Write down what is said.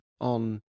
on